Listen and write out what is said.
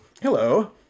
hello